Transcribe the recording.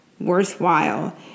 worthwhile